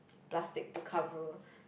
plastic to cover